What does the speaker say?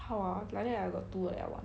how ah like that I got two that I want